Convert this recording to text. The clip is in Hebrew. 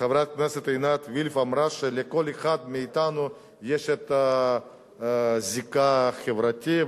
חברת הכנסת עינת וילף אמרה שלכל אחד מאתנו יש את הזיקה החברתית,